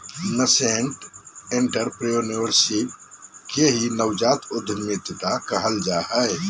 nascent entrepreneurship के ही नवजात उद्यमिता कहल जा हय